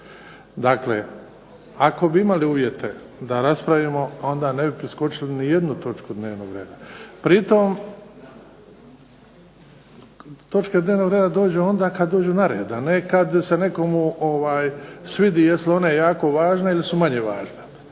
Dakle, ako bi imali uvjeta da raspravimo, onda ne bi preskočili nijednu točku dnevnog reda. Pri tom točke dnevnog reda dođu onda kada dođu na red, a ne kada se nekomu svidi jesu li one jako važne ili su manje važne.